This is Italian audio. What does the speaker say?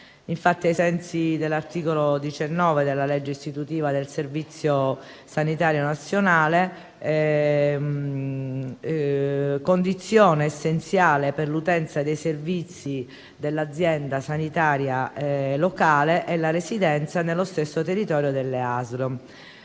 Infatti, ai sensi dell'articolo 19 della legge istitutiva del Servizio sanitario nazionale, condizione essenziale per l'utenza dei servizi dell'azienda sanitaria locale è la residenza nello stesso territorio delle ASL.